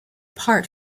part